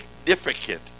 significant